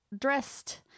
dressed